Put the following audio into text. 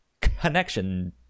connection